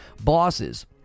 bosses